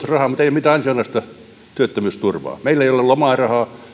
mitään ansiosidonnaista työttömyysturvaa meillä ei ole lomarahaa